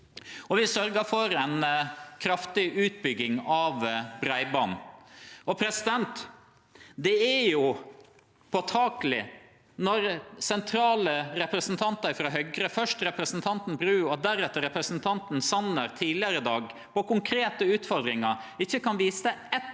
Vi sørgjer òg for ei kraftig utbygging av breiband. Det er jo påtakeleg når sentrale representantar frå Høgre – først representanten Bru og deretter representanten Sanner – tidlegare i dag på konkrete utfordringar ikkje kan vise til eitt